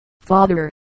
father